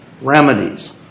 remedies